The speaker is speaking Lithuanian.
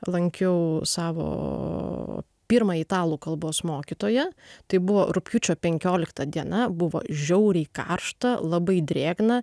lankiau savo pirmąjį italų kalbos mokytoją tai buvo rugpjūčio penkiolikta diena buvo žiauriai karšta labai drėgna